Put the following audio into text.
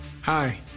Hi